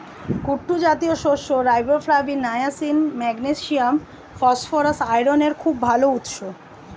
কুট্টু জাতীয় শস্য riboflavin, niacin, magnesium, phosphorus, আয়রনের খুব ভাল উৎস